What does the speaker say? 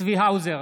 צבי האוזר,